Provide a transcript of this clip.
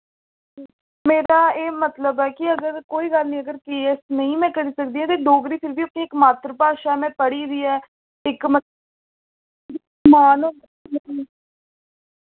मेरा एह् मतलब ऐ कि अगर कोई गल्ल नेईं अगर ऐस्स नेईं में करी सकदी ऐ ते डोगरी फिर बी अपनी इक मात्तरी भाशा में पढ़ी दी ऐ इक मान